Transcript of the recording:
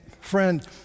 friend